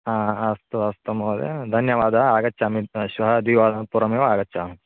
हा अस्तु अस्तु महोदय धन्यवादः आगच्छामि श्वः द्विवादनात् पूर्वमेव आगच्छामि